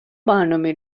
برنامه